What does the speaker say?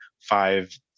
five